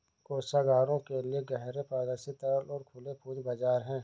कोषागारों के लिए गहरे, पारदर्शी, तरल और खुले पूंजी बाजार हैं